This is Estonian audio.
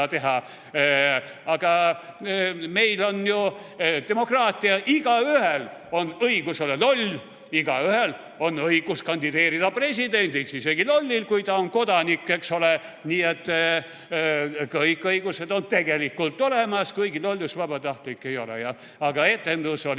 teha. Aga meil on ju demokraatia. Igaühel on õigus olla loll, igaühel on õigus kandideerida presidendiks, isegi lollil, kui ta on kodanik, eks ole, nii et kõik õigused on tegelikult olemas. Kuigi lollus vabatahtlik ei ole, jah. Aga etendus oli